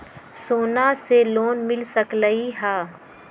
सोना से लोन मिल सकलई ह?